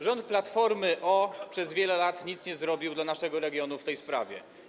Rząd Platformy O. przez wiele lat nic zrobił dla naszego regionu w tej sprawie.